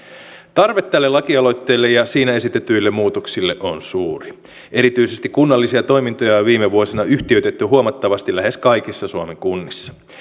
tarve tälle lakialoitteelle ja siinä esitetyille muutoksille on suuri erityisesti kunnallisia toimintoja on viime vuosina yhtiöitetty huomattavasti lähes kaikissa suomen kunnissa